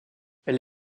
elle